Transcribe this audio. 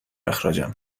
اخراجم